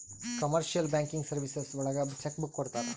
commercial banking services ಒಳಗ cheque book ಕೊಡ್ತಾರ